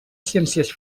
ciències